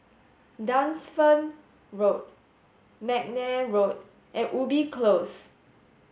Dunsfold Road McNair Road and Ubi Close